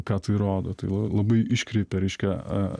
ką tai rodo tai labai iškreipia reiškia